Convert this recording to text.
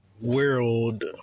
world